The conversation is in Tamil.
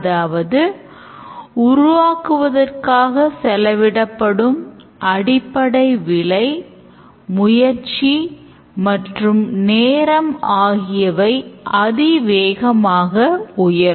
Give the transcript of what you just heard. அதாவது உருவாக்குவதற்காக செலவிடப்படும் அடிப்படை விலை முயற்சி மற்றும் நேரம் ஆகியவை அதி வேகமாக உயரும்